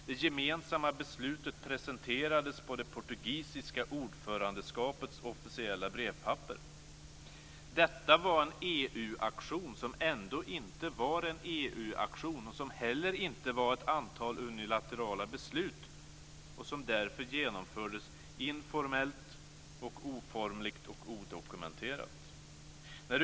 Det gemensamma beslutet presenterades på det portugisiska ordförandeskapets officiella brevpapper. Detta var en EU-aktion som ändå inte var en EU-aktion och som heller inte var ett antal unilaterala beslut och som därför genomfördes informellt, oformligt och odokumenterat.